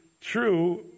true